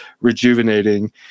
rejuvenating